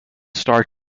star